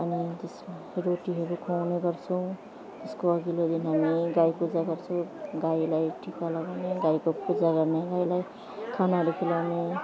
अनि त्यसमा रोटीहरू खुवाउने गर्छौँ त्यसको अघिल्लो दिन हामी गाई पूजा गर्छौँ गाईलाई टिका लगाउने गाईको पूजा गर्ने गाईलाई खानाहरू खुवाउने